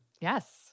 Yes